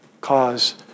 cause